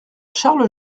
charles